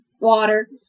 water